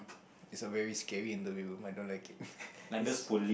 it's a very scary interview but I don't like it it's